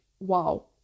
wow